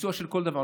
ביצוע של כל דבר,